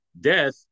death